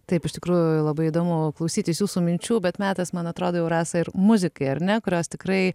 taip iš tikrųjų labai įdomu klausytis jūsų minčių bet metas man atrado jau rasa ir muzikai ar ne kurios tikrai